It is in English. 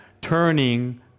turning